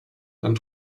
dann